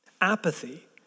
Apathy